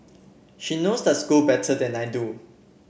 she knows the school better than I do